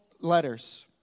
letters